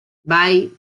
bai